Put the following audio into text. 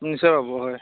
নিশ্চয় পাব হয়